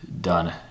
done